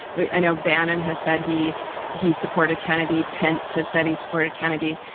and o'bannon has said he he supported kennedy. pence has said he supported kennedy.